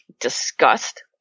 disgust